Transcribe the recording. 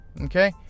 Okay